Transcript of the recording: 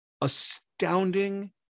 astounding